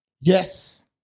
Yes